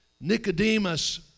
Nicodemus